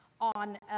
on